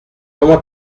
comment